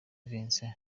vincent